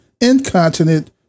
incontinent